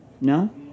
No